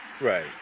Right